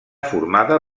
formada